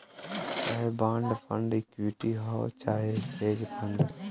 चाहे bond fund equity हौ चाहे हेज फ़ंड